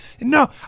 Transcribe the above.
No